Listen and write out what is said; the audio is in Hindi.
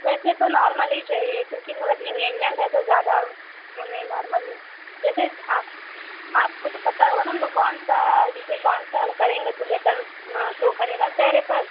वैसे तो नॉर्मल ही चाहिए क्योंकि मगर इंगेजमेंट है तो ज़्यादा वह नहीं नॉर्मल जैसे आप आपको तो पता होगा ना हम लोग कौनसा जैसे कौनसा वाला करेंगे तो बेटर शो करेगा चेहरे पर